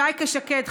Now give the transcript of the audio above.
שייקה שקד,